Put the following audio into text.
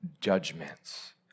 judgments